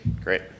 Great